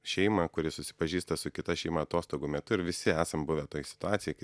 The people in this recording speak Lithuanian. šeimą kuri susipažįsta su kita šeima atostogų metu visi esam buvę toj situacij kai